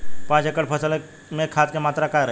पाँच एकड़ फसल में खाद के मात्रा का रही?